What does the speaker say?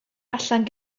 allan